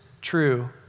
true